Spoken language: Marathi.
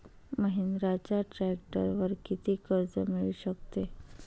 महिंद्राच्या ट्रॅक्टरवर किती कर्ज मिळू शकते?